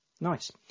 Nice